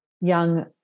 young